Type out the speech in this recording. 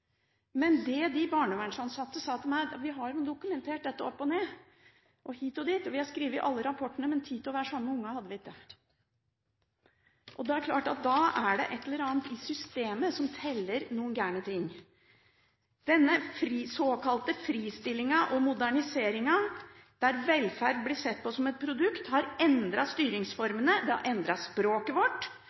Men de barnevernsansatte sa til meg: Vi har dokumentert dette opp og ned og hit og dit, og vi har skrevet alle rapportene, men tid til å være sammen med ungene hadde de ikke. Det er klart at da er det et eller annet i systemet som teller noen gale ting. Denne såkalte fristillingen og moderniseringen, der velferd blir sett på som et produkt, har endret styringsformene, det har endret språket vårt.